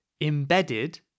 embedded